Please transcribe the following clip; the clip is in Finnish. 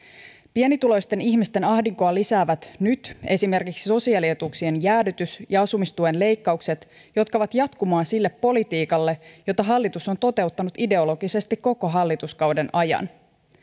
pienituloisten ihmisten ahdinkoa lisäävät nyt esimerkiksi sosiaalietuuksien jäädytys ja asumistuen leikkaukset jotka ovat jatkumoa sille politiikalle jota hallitus on toteuttanut ideologisesti koko hallituskauden ajan